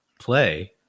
play